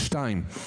שתיים,